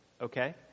okay